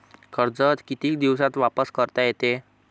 कर्ज कितीक दिवसात वापस करता येते?